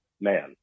man